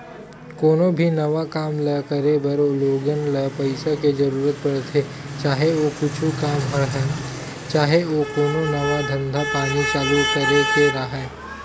कोनो भी नवा काम ल करे बर लोगन ल पइसा के जरुरत पड़थे, चाहे ओ कुछु काम राहय, चाहे ओ कोनो नवा धंधा पानी चालू करे के राहय